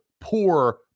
poor